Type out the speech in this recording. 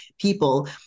people